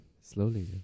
Slowly